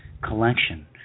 collection